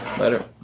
Later